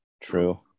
true